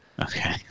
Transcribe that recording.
Okay